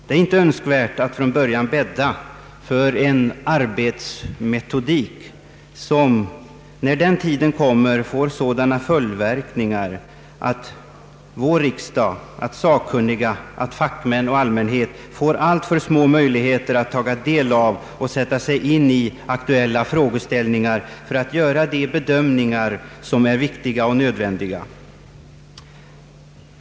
Det är inte önskvärt att från början bädda för en arbetsmetodik som, när den tiden kommer, får sådana följdverkningar att vår riksdag, att sakkunniga och allmänhet får alltför små möjligheter att ta del av och sätta sig in i aktuella frågeställningar för att göra de bedömningar som är viktiga och nödvändiga.